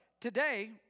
today